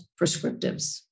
Prescriptives